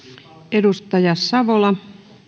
arvoisa